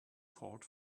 called